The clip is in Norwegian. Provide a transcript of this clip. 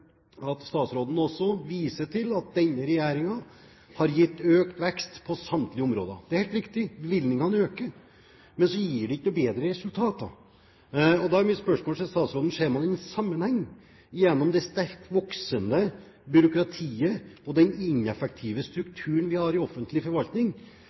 statsråden også viser til at denne regjeringen har gitt økt vekst på samtlige områder. Det er helt riktig: Bevilgningene øker, men så gir det ikke noen bedre resultater. Da er mitt spørsmål til statsråden: Ser man en sammenheng mellom det sterkt voksende byråkratiet og den ineffektive strukturen vi har i offentlig forvaltning,